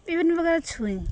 ବିଭିନ୍ନ ପ୍ରକାର ଛୁଇଁ